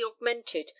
augmented